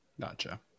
Gotcha